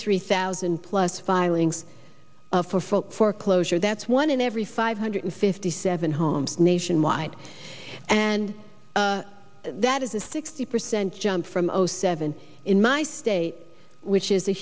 three thousand plus filings for folks foreclosure that's one in every five hundred fifty seven homes nationwide and that is a sixty percent jump from zero seven in my state which is a